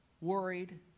worried